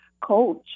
coach